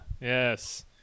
Yes